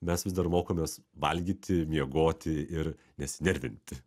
mes vis dar mokomės valgyti miegoti ir nesinervinti